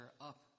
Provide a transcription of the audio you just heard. up